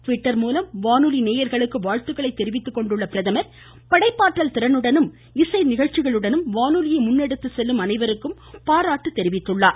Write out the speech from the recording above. Twitter மூலம் வானொலி நேயர்களுக்கு வாழ்த்துக்களை தெரிவித்துள்ள பிரதமர் படைப்பாற்றல் திறனுடனும் இசை நிகழ்ச்சிகளுடனும் வானொலியை முன்னெடுத்துச் செல்லும் அனைவருக்கும் பாராட்டு தெரிவித்திருக்கிறார்